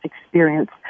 experience